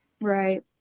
Right